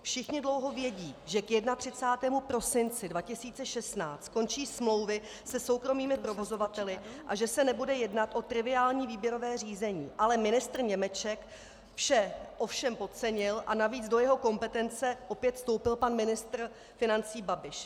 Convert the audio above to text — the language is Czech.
Všichni dlouho vědí, že k 31. prosinci 2016 končí smlouvy se soukromými provozovateli a že se nebude jednat o triviální výběrové řízení, ale ministr Němeček vše ovšem podcenil a navíc do jeho kompetence opět vstoupil pan ministr financí Babiš.